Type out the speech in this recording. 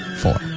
four